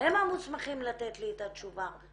הם המוסמכים לתת לי את התשובה.